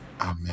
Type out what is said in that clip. amen